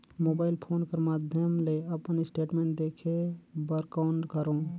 Mobile phone कर माध्यम ले अपन स्टेटमेंट देखे बर कौन करों?